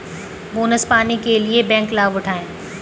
bonus पाने के लिए बैंक लाभ बढ़ाएं